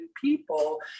people